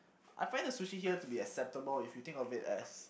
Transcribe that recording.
I find the sushi here to be acceptable if you think of it as